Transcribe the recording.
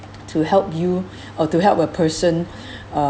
to help you or to help a person